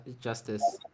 justice